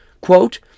Quote